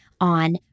on